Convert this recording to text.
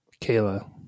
Kayla